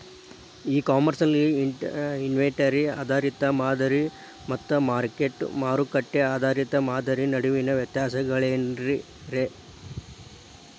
E commerce ನಲ್ಲಿ inventory ಆಧಾರಿತ ಮಾದರಿ ಮತ್ತ ಮಾರುಕಟ್ಟೆ ಆಧಾರಿತ ಮಾದರಿಯ ನಡುವಿನ ವ್ಯತ್ಯಾಸಗಳೇನ ರೇ?